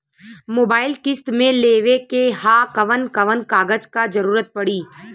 Mobile किस्त मे लेवे के ह कवन कवन कागज क जरुरत पड़ी?